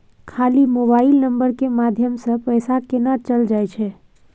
खाली mobile number के माध्यम से पैसा केना चल जायछै?